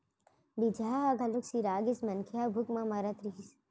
बीजहा ह घलोक सिरा गिस, मनखे ह भूख म मरत रहिस